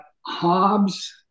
Hobbes